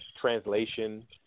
translation